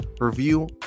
review